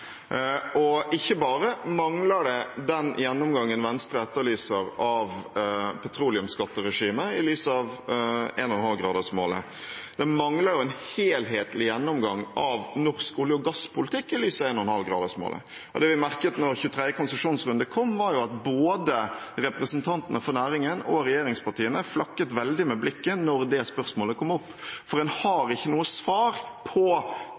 Og ikke bare mangler den gjennomgangen Venstre etterlyser av petroleumsskatteregimet i lys av 1,5-gradersmålet, men det mangler en helhetlig gjennomgang av norsk olje- og gasspolitikk i lys av1,5-gradersmålet. Det vi merket da 23. konsesjonsrunde kom, var at både representantene for næringen og regjeringspartiene flakket veldig med blikket da det spørsmålet kom opp, for en har ikke noe svar på